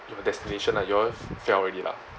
your destination lah you all fell already lah